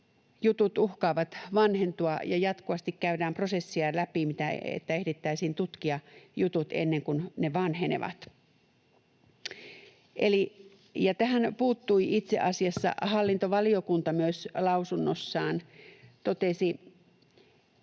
Jutut uhkaavat vanhentua, ja jatkuvasti käydään prosessia läpi, niin että ehdittäisiin tutkia jutut ennen kuin ne vanhenevat. Tähän puuttui itse asiassa myös hallintovaliokunta lausunnossaan ja totesi, että